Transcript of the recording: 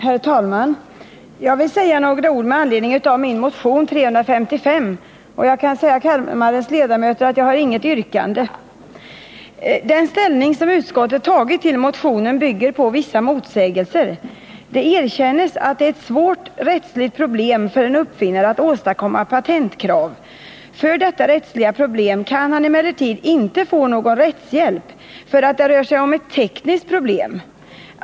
Herr talman! Jag vill säga några ord med anledning av min motion 355, men kan meddela kammarens ledamöter att jag inte har något yrkande. Den ställning som utskottet har tagit till motionen bygger på vissa motsägelser. Det erkänns att det är ett svårt rättsligt problem för en uppfinnare att formulera patentkrav. För detta rättsliga problem kan han emellertid inte få någon rättshjälp, eftersom det rör sig om ett tekniskt problem.